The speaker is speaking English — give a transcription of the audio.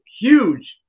huge